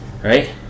right